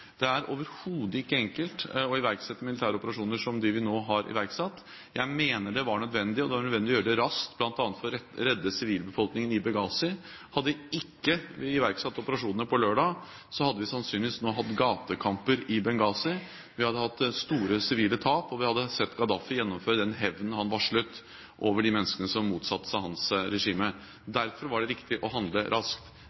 Det er overhodet ikke enkelt å iverksette militære operasjoner som dem vi nå har iverksatt. Jeg mener det var nødvendig, og det var nødvendig å gjøre det raskt bl.a. for å redde sivilbefolkningen i Benghazi. Hadde vi ikke iverksatt operasjoner på lørdag, så hadde vi sannsynligvis nå hatt gatekamper i Benghazi. Vi hadde hatt store sivile tap, og vi hadde sett Gaddafi gjennomføre den hevnen han varslet over de menneskene som motsatte seg hans regime.